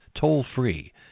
toll-free